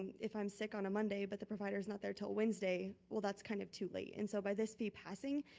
if i'm sick on a monday, but the provider's not there till wednesday, well that's kind of too late. and so by this fee passing,